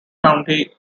county